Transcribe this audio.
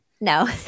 No